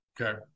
okay